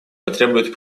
потребует